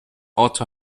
otto